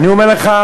אני אומר לך,